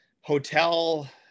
hotel